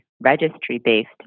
registry-based